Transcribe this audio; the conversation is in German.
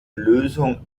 lösung